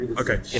Okay